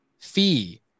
fee